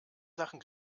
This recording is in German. sachen